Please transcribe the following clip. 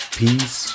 peace